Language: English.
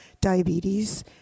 diabetes